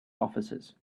officers